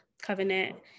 Covenant